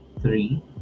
three